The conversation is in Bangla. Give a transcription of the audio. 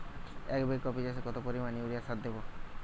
এক বিঘা কপি চাষে কত পরিমাণ ইউরিয়া সার দেবো?